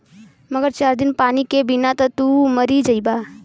मगर चार दिन पानी के बिना त तू मरिए जइबा